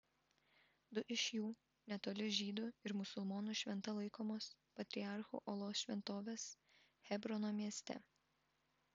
du iš jų netoli žydų ir musulmonų šventa laikomos patriarchų olos šventovės hebrono mieste